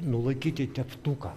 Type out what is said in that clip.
nulaikyti teptuką